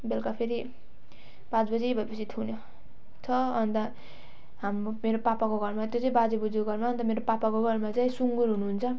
बेलुका फेरि पाँच बजी भयो पछि थुन्यो छ अन्त हाम्रो मेरो पापाको घरमा त्यो चाहिँ बाजे बोजूको घरमा अन्त मेरो पापाको घरमा चाहिँ सुँगुरहरू हुन्छ